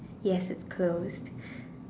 yes close